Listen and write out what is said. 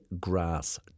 grass